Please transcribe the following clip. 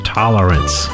tolerance